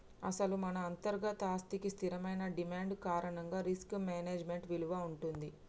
అసలు మన అంతర్గత ఆస్తికి స్థిరమైన డిమాండ్ కారణంగా రిస్క్ మేనేజ్మెంట్ విలువ ఉంటుంది